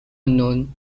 unknown